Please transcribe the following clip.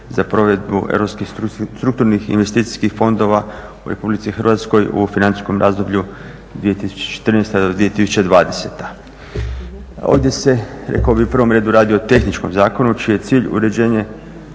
za provedbu europskih strukturnih investicijskih fondova u RH u financijskom razdoblju 2014.-2020. Ovdje se rekao bih u prvom redu radi o tehničkom zakonu čiji je cilj uređenje